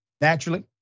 naturally